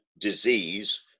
disease